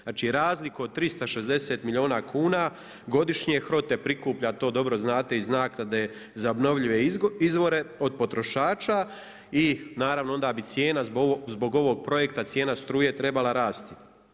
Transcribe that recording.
Znači razliku od 360 milijuna kuna godišnje HROT-e prikuplja, to dobro znate iz naknade za obnovljive izvore od potrošača i naravno onda bi cijena zbog ovog projekta cijena struje trebala rasti.